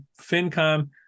FinCom